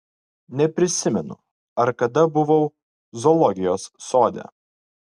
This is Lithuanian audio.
neprisimenu ar kada buvau zoologijos sode